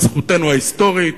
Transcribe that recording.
על זכותנו ההיסטורית